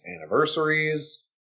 anniversaries